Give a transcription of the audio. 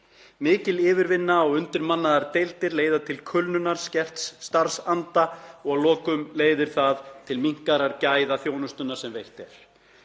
Mikil yfirvinna og undirmannaðar deildir leiða til kulnunar og skerts starfsanda og að lokum leiðir það til minnkaðra gæða þjónustunnar sem veitt er.